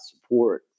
support